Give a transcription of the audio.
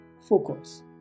focus